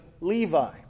levi